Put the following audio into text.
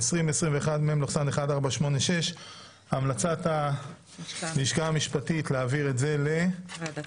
21 בדצמבר 2021. הנושא הראשון על סדר-היום: ערעורים על